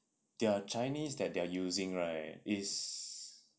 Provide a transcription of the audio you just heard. their chinese that they're using right is